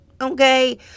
Okay